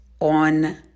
on